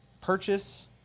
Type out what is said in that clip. purchase